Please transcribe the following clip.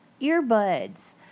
earbuds